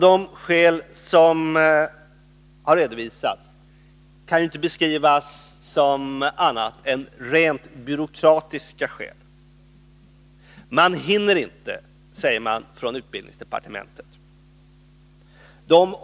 De skäl som har redovisats kan inte beskrivas som annat än rent byråkratiska. Man hinner inte med, säger man från utbildningsdepartementet.